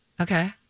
Okay